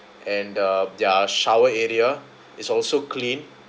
and uh their shower area is also clean